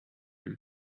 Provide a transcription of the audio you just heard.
him